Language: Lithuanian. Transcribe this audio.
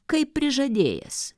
kaip prižadėjęs